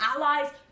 allies